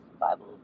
bible